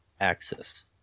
axis